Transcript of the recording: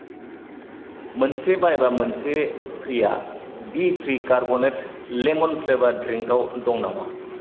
मोनसे बायबा मोनसे फ्रि'आ बिफ्रि कार्बनेटेद लेमोन फ्लेवर्द ड्रिंकआव दं नामा